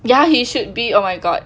ya he should be oh my god